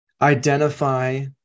identify